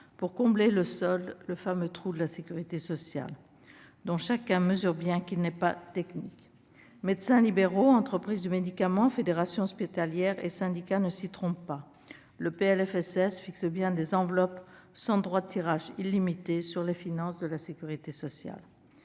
pour combler le solde, le fameux « trou de la sécurité sociale », dont chacun mesure bien qu'il n'est pas technique. Médecins libéraux, entreprises du médicament, fédérations hospitalières et syndicats ne s'y trompent pas : le PLFSS fixe bien des enveloppes sans droit de tirage illimité sur les finances de la sécurité sociale.